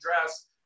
dress